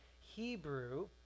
Hebrew